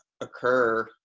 occur